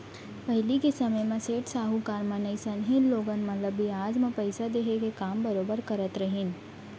पहिली के समे म सेठ साहूकार मन अइसनहे लोगन मन ल बियाज म पइसा देहे के काम बरोबर करत रहिन